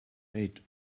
eight